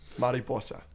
Mariposa